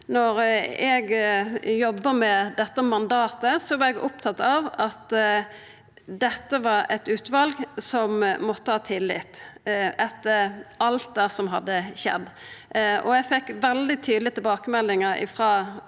Da eg jobba med dette mandatet, var eg opptatt av at dette var eit utval som måtte ha tillit, etter alt det som hadde skjedd. Eg fekk veldig tydelege tilbakemeldingar frå